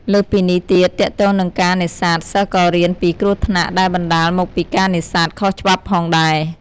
លើសពីនេះទៀត ទាក់ទងនឹងការនេសាទសិស្សក៏រៀនពីគ្រោះថ្នាក់ដែលបណ្ដាលមកពីការនេសាទខុសច្បាប់ផងដែរ។